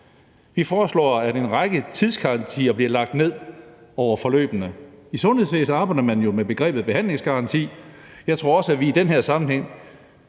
Vi foreslår, at en række tidsgarantier bliver lagt ned over forløbene. I sundhedsvæsenet arbejder man jo med begrebet behandlingsgaranti. Jeg tror også, at vi i den her sammenhæng